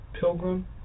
Pilgrim